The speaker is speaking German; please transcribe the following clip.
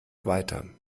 weiter